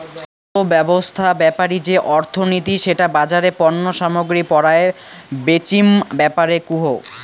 অর্থব্যবছস্থা বেপারি যে অর্থনীতি সেটা বাজারে পণ্য সামগ্রী পরায় বেচিম ব্যাপারে কুহ